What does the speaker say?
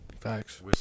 Facts